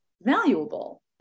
valuable